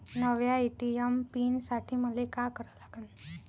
नव्या ATM PIN साठी मले का करा लागन?